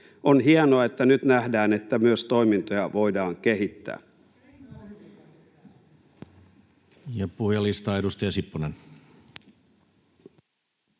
On hienoa, että nyt nähdään, että myös toimintoja voidaan kehittää.